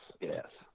Yes